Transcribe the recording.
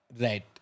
Right